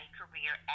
career